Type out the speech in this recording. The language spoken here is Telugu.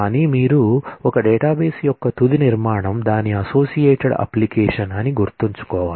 కాని మీరు ఒక డేటాబేస్ యొక్క తుది నిర్మాణం దాని అసోసియేటెడ్ అప్లికేషన్ అని గుర్తుంచుకోవాలి